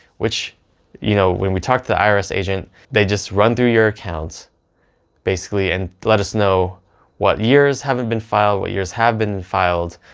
which you know, when we talk to the irs agent they just run through your account basically and let us know what years haven't been filed, what years have been filed,